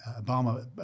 Obama